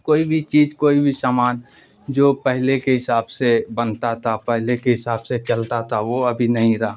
کوئی بھی چیز کوئی بھی سامان جو پہلے کے حساب سے بنتا تھا پہلے کے حساب سے چلتا تھا وہ ابھی نہیں رہا